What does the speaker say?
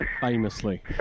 famously